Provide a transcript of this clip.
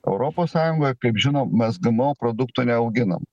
europos sąjungoj kaip žinom mes gmo produktų neauginam